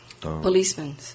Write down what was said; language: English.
policemen